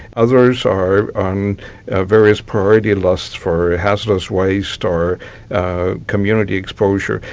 others are on various priority lists for hazardous waste, or community exposure.